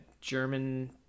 German